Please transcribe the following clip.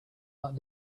that